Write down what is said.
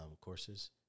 courses